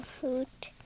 hoot